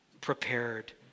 prepared